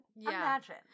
Imagine